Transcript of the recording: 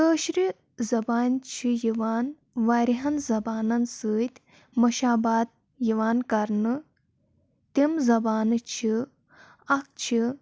کٲشرِ زبانہِ چھِ یِوان واریاہَن زبانَن سۭتۍ مشابات یِوان کَرنہٕ تِم زبانہٕ چھِ اَکھ چھِ